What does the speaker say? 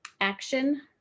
action